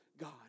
God